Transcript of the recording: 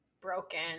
broken